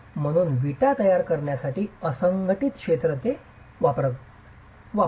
म्हणून विटा तयार करण्यासाठी असंघटित क्षेत्र स्वतःच हे वापरतो